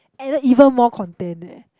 and then even more content eh